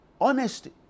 honesty